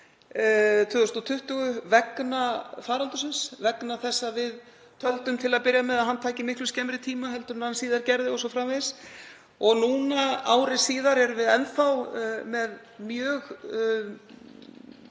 2020 vegna faraldursins, vegna þess að við töldum til að byrja með að hann tæki miklu skemmri tíma en hann síðar gerði o.s.frv. Nú ári síðar erum við svo í raun